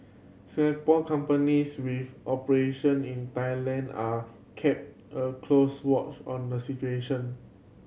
Singapore companies with operation in Thailand are kept a close watch on the situation